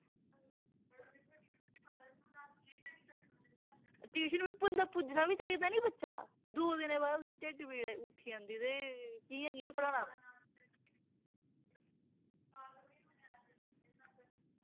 tuition बंदा पुज्जना बी चाहिदा नी बच्चा दौ दौ दिन बाद उसी ढिड्ड पीड़ उठी जंदी ते उसी कियां पढ़ाना